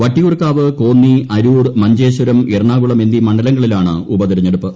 വിട്ടിയൂർകാവ് കോന്നി അരൂർ മഞ്ചേശ്വരം എറണാകുളം എന്നീ മണ്ഡല്ങ്ങളിലാണ് ഉപതെരഞ്ഞെടുപ്പ്